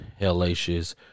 hellacious